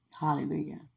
Hallelujah